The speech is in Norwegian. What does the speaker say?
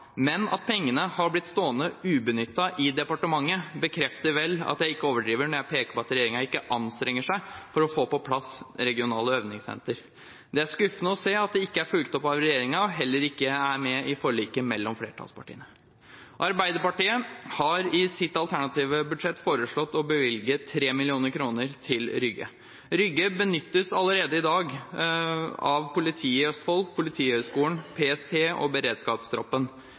men at pengene har blitt stående ubenyttet i departementet, bekrefter vel at jeg ikke overdriver når jeg peker på at regjeringen ikke anstrenger seg for å få på plass regionale øvingssenter. Det er skuffende å se at det ikke er fulgt opp av regjeringen, og heller ikke er med i forliket mellom flertallspartiene. Arbeiderpartiet har i sitt alternative budsjett foreslått å bevilge 3 mill. kr til Rygge. Rygge benyttes allerede i dag av politiet i Østfold, Politihøgskolen, PST og beredskapstroppen.